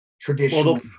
traditional